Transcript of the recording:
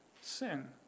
sin